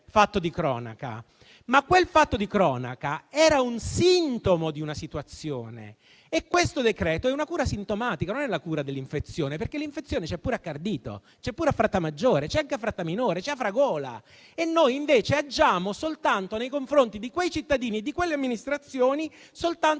fatto di cronaca. Ma quel fatto di cronaca era sintomo di una situazione e questo decreto è una cura sintomatica, ma non è la cura dell'infezione. Questo perché l'infezione c'è pure a Cardito, c'è pure a Frattamaggiore, c'è anche a Frattaminore e c'è anche ad Afragola. Noi, invece, agiamo soltanto nei confronti di quei cittadini e di quella amministrazione, soltanto